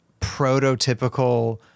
prototypical